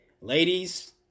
Ladies